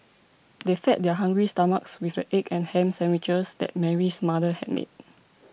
they fed their hungry stomachs with the egg and ham sandwiches that Mary's mother had made